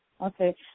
okay